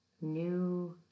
new